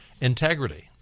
integrity